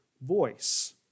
voice